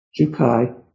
Jukai